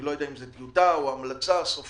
אני לא יודע אם זאת טיוטה או המלצה סופית